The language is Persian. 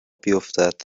بیفتد